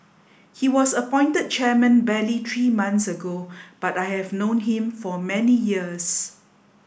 he was appointed chairman barely three months ago but I have known him for many years